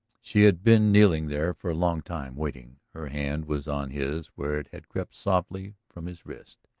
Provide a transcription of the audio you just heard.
she had been kneeling there for a long time, waiting. her hand was on his where it had crept softly from his wrist.